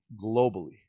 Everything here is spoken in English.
globally